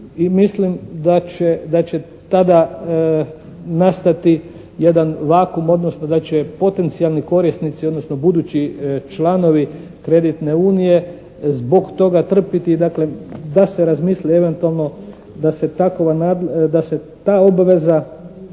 mislim da će tada nastati jedan vakuum odnosno da će potencijalni korisnici odnosno budući članovi kreditne unije zbog toga trpiti. Dakle da se razmisli eventualno da se takova,